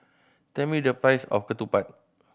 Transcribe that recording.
tell me the price of ketupat